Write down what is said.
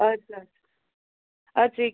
ادسا ادسا ادسا یہ